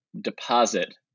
deposit